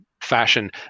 fashion